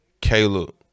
Caleb